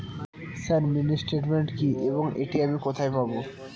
Sir mini statement কি এবং এটি আমি কোথায় পাবো?